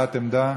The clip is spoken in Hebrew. הבעת עמדה.